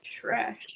trash